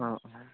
অঁ অঁ